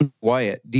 Wyatt